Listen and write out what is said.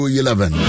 eleven